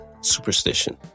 superstition